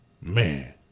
man